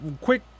quick